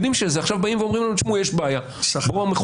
עכשיו באים ואומרים לנו: תשמעו, יש בעיה, מחוקקים.